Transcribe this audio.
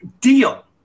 deal